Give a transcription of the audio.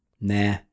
nah